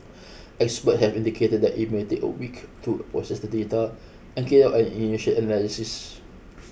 expert have indicated that it may take a week to process the data and carry out an initial analysis